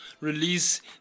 release